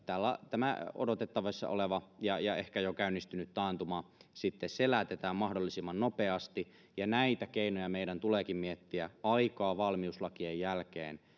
tämä odotettavissa oleva ja ja ehkä jo käynnistynyt taantuma sitten selätetään mahdollisimman nopeasti näitä keinoja meidän tuleekin miettiä aikaa valmiuslakien jälkeen